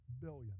billion